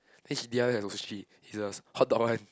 then she D I Y her sushi it's the hotdog one